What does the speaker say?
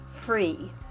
free